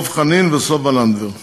דב חנין וסופה לנדבר בנושא: